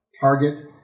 target